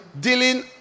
dealing